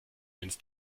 ins